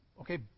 okay